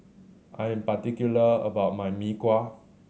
I am particular about my Mee Kuah